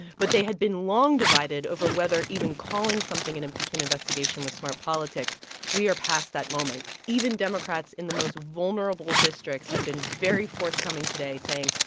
but they had been long divided over whether even calling something an impeachment investigation was smart politics we are past that moment. even democrats in the most vulnerable districts have been very forthcoming today, saying,